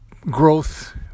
growth